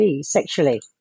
sexually